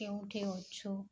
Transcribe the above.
କେଉଁଠି ଅଛୁ